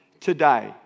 today